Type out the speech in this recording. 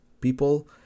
people